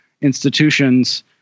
institutions